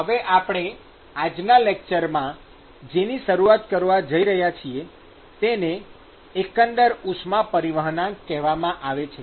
હવે આપણે આજના લેકચરમાં જેની શરૂઆત કરવા જઈ રહ્યા છીએ તેને એકંદર ઉષ્મા પરિવહનાંક કહેવામાં આવે છે